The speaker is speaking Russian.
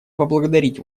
поблагодарить